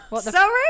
sorry